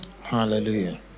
Hallelujah